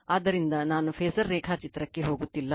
ಅದರಿಂದ ನಾನು ಫಾಸರ್ ರೇಖಾಚಿತ್ರಕ್ಕೆ ಹೋಗುತ್ತಿಲ್ಲ